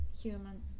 human